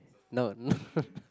no